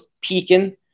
peaking